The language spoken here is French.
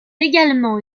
également